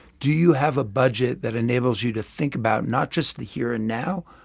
do you have a budget that enables you to think about not just the here and now,